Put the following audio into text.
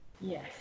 Yes